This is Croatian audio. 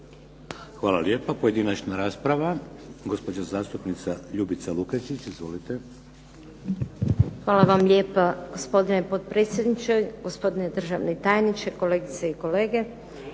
Hvala lijepo. Pojedinačna rasprava. Gospođa zastupnica Ljubica Lukačić. Izvolite. **Lukačić, Ljubica (HDZ)** Hvala vam lijepo gospodine potpredsjedniče, gospodine državni tajniče, kolegice i kolege.